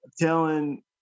telling